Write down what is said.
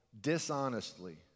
dishonestly